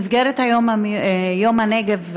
במסגרת יום הנגב,